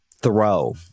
throw